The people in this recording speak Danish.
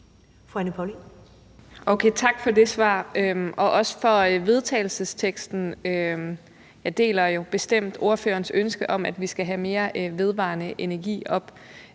tak for det svar og også for vedtagelsesteksten. Jeg deler jo bestemt ordførerens ønske om, at vi skal have mere vedvarende energi.